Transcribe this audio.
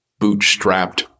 bootstrapped